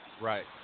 Right